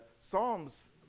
Psalms